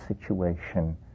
situation